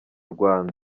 rwanda